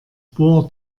bor